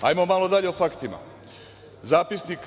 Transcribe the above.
Hajmo malo dalje o faktima. Zapisnik